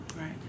Right